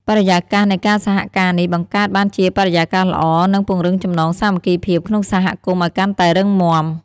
បរិយាកាសនៃការសហការនេះបង្កើតបានជាបរិយាកាសល្អ និងពង្រឹងចំណងសាមគ្គីភាពក្នុងសហគមន៍ឲ្យកាន់តែរឹងមាំ។